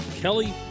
Kelly